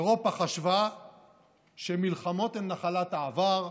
אירופה חשבה שמלחמות הן נחלת העבר,